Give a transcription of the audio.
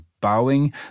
bowing